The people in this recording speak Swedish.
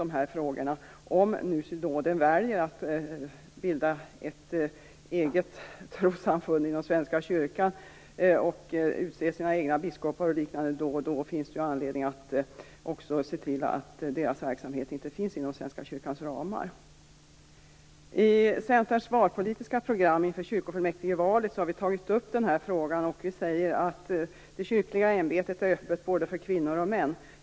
Om synoden nu väljer att bilda ett eget trossamfund inom Svenska kyrkan och utser sina egna biskopar och liknande finns det anledning att se till att deras verksamhet inte finns inom Svenska kyrkans ramar. I Centerns valpolitiska program inför kyrkofullmäktigevalet har vi tagit upp den här frågan, och vi säger att det kyrkliga ämbetet är öppet både för kvinnor och för män.